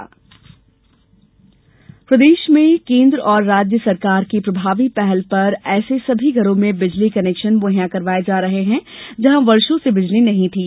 सौभाग्य योजना प्रदेश में केन्द्र और राज्य सरकार की प्रभावी पहल पर ऐसे सभी घरों में बिजली कनेक्शन मुहैया करवाये जा रहे हैं जहां वर्षों से बिजली नहीं थी